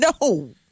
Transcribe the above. No